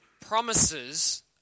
promises